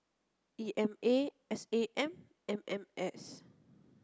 E M A S A M M M S